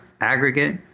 aggregate